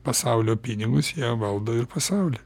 pasaulio pinigus jie valdo ir pasaulį